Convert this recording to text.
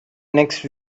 next